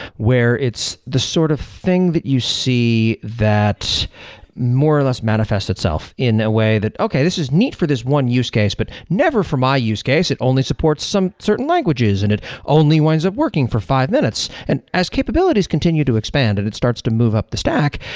where it's the sort of thing that you see that more or less manifests itself in a way that, okay, this is neat for this one use case, but never for my use case. it only supports some certain languages and it only winds up working for five minutes. and as capabilities continue to expand and it starts to move up the stack,